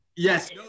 Yes